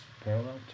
parallel